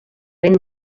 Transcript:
ben